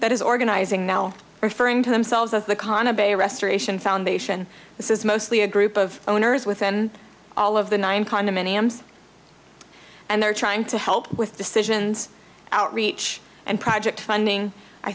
that is organizing now referring to themselves as the qana bay restoration foundation this is mostly a group of owners within all of the nine condominiums and they're trying to help with decisions outreach and project funding i